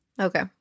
Okay